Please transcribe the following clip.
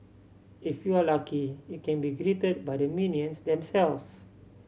if you're lucky you can be greeted by the minions themselves